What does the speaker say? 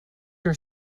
your